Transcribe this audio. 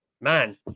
man